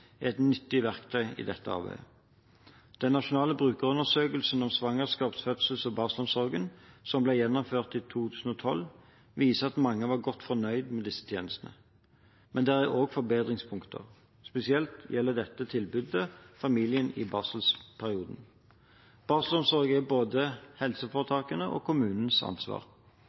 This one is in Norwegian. et nyttig verktøy i dette arbeidet. Den nasjonale brukerundersøkelsen om svangerskaps-, fødsels- og barselomsorgen som ble gjennomført i 2012, viser at mange var godt fornøyd med disse tjenestene. Men det er også forbedringspunkter. Spesielt gjelder dette tilbudet til familiene i barselperioden. Barselomsorg er både helseforetakenes og kommunenes ansvar.